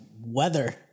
weather